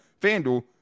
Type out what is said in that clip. FanDuel